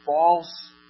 false